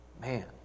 Man